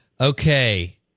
Okay